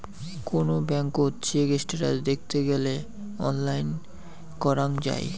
কোন ব্যাঙ্কত check status দেখত গেলে অনলাইন করাঙ যাই